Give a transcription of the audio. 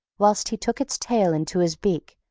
whilst he took its tail into his beak,